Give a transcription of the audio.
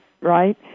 right